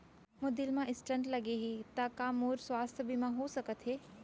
मोर दिल मा स्टन्ट लगे हे ता का मोर स्वास्थ बीमा हो सकत हे?